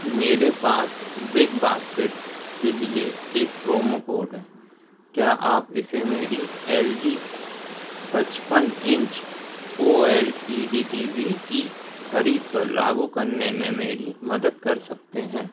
मेरे पास Big Basket के लिए एक प्रोमो कोड है क्या आप इसे मेरी एल जी पचपन inch O L E D T V की ख़रीद पर लागू करने में मेरी मदद कर सकते हैं